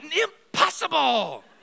Impossible